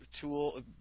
tool